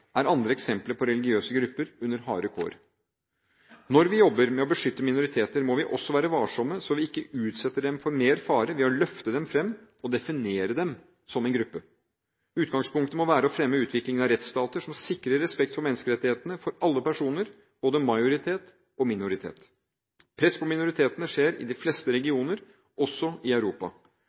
er andre eksempler på religiøse grupper under harde kår. Når vi jobber med å beskytte minoriteter, må vi også være varsomme så vi ikke utsetter dem for mer fare ved å løfte dem fram og definere dem som en gruppe. Utgangspunktet må være å fremme utviklingen av rettsstater som sikrer respekt for menneskerettighetene for alle personer – både majoritet og minoritet. Press på minoriteter skjer i de fleste regioner, også i Europa.